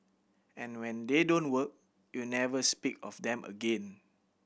and when they don't work you never speak of them again